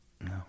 no